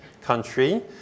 country